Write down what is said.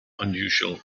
unusual